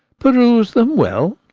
peruse them well.